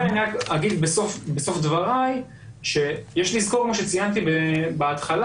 אני רק אגיד בסוף דבריי שיש לזכור מה שציינתי בהתחלה,